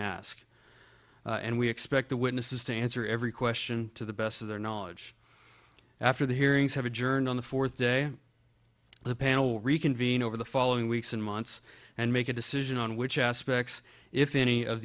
k and we expect the witnesses to answer every question to the best of their knowledge after the hearings have adjourned on the fourth day the panel will reconvene over the following weeks and months and make a decision on which aspects if any of